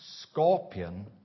scorpion